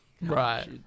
right